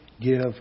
give